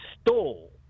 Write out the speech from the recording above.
stole